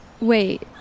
Wait